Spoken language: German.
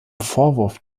vorwurf